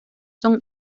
son